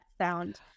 sound